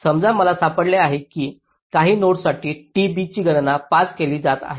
समजा मला सापडले आहे की काही नोडसाठी t b ची गणना 5 केली जात आहे